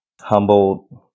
humbled